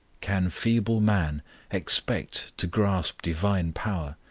can feeble man expect to grasp divine power,